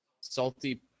salty